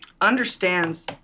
understands